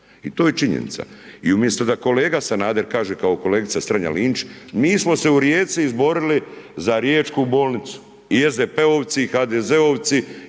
I to je činjenica. I umjesto da kolega Sanader kaže kao kolegica Strenja-Linić, mi smo se u Rijeci izborili za riječku bolnicu i SDP-ovci i HDZ-ovci